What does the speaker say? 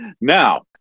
now